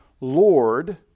Lord